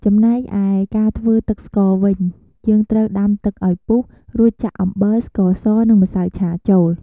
ចំណែកឯការធ្វើទឺកស្ករវិញ យើងត្រូវដាំទឺកឱ្យពុះ រួចចាក់អំបិល ស្ករស និងម្សៅឆាចូល។